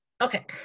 Okay